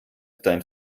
dein